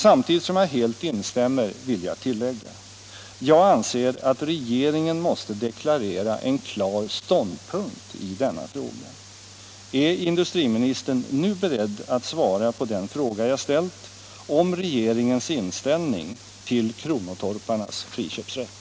Samtidigt som jag helt instämmer vill jag tillägga följande. Jag anser att regeringen måste deklarera en klar ståndpunkt i denna fråga. Är industriministern nu beredd att svara på den fråga jag ställt om regeringens inställning till kronotorparnas friköpsrätt?